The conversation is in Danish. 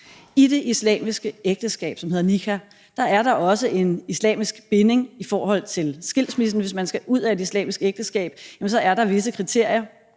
I det islamiske ægteskab, som hedder nikah, er der også en islamisk binding i forhold til skilsmissen. Hvis man skal ud af et islamisk ægteskab, er der visse kriterier,